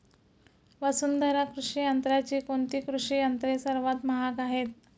वसुंधरा कृषी यंत्राची कोणती कृषी यंत्रे सर्वात महाग आहेत?